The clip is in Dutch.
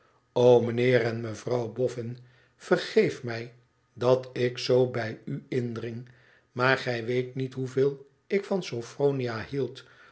mijnheer en mevrouw boffin vergeef mij dat ik zoo bij u indring maar gij weet niet hoeveel ik van sophronia hield